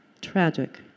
Tragic